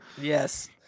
Yes